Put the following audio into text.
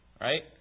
Right